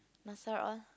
all